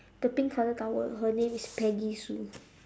the pink colour towel her name is peggy sue